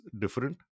different